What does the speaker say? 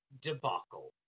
debacle